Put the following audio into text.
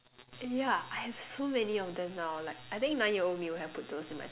and yeah I have so many of them now like I think nine year old me would have put those in my time capsule